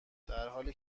درحالی